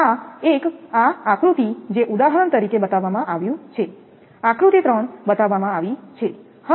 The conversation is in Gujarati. હવે આ એક આ આકૃતિ જે ઉદાહરણ તરીકે બતાવવામાં આવ્યું છે આકૃતિ ત્રણ બતાવવામાં આવી છે